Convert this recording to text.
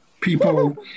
people